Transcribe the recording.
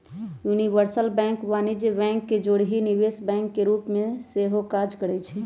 universal bank वाणिज्यिक bank के जौरही निवेश बैंक के रूप में सेहो काज करइ छै